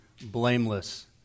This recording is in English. blameless